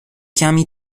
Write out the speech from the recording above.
کمی